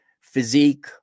physique